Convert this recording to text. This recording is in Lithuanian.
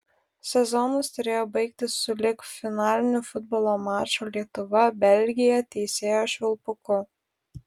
sezonas turėjo baigtis sulig finaliniu futbolo mačo lietuva belgija teisėjo švilpuku